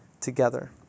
together